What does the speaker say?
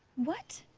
what?